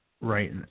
right